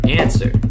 answer